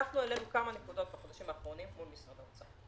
העלינו כמה נקודות בחודשים האחרונים מול משרד האוצר.